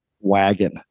Wagon